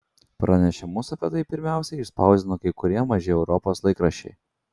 pranešimus apie tai pirmiausia išspausdino kai kurie maži europos laikraščiai